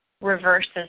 reverses